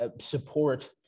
support